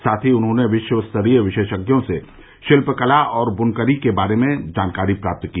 साथ ही उन्होंने विश्व स्तरीय विशेषज्ञों से शिल्पकला और बुनकरी के बारे में जानकारी प्राप्त की